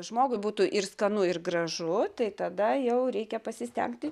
žmogui būtų ir skanu ir gražu tai tada jau reikia pasistengti